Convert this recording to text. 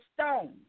stone